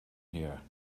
here